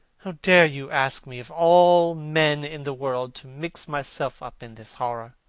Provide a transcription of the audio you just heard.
how dare you ask me, of all men in the world, to mix myself up in this horror?